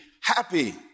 happy